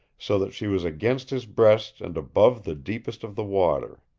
so that she was against his breast and above the deepest of the water.